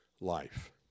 life